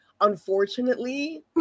unfortunately